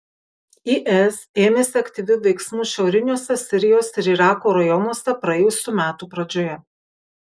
is ėmėsi aktyvių veiksmų šiauriniuose sirijos ir irako rajonuose praėjusių metų pradžioje